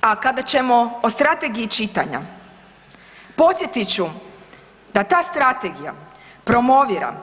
A kada ćemo o strategiji čitanja, podsjetit ću da ta strategija promovira,